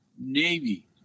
Navy